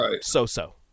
so-so